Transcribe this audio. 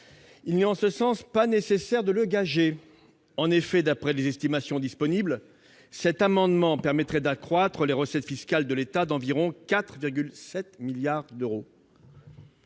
Il n'est pas nécessaire de le gager, puisque, d'après les estimations disponibles, son adoption permettrait d'accroître les recettes fiscales de l'État d'environ 4,7 milliards d'euros.